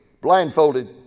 blindfolded